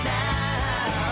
now